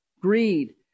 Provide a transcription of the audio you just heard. Greed